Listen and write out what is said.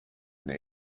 and